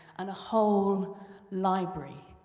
and a whole library.